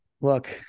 Look